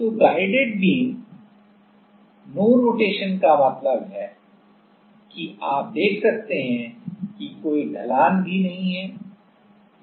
तो guided beam no rotation का मतलब है कि आप देख सकते हैं कि कोई ढलान भी नहीं है